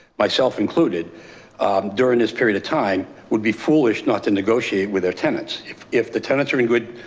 myself included during this period of time would be foolish not to negotiate with our tenants. if if the tenants are in good